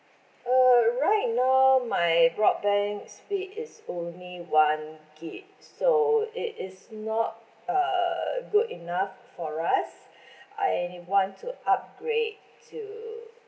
uh right now my broadband speed is only one gig so it is not uh good enough for us I want to upgrade to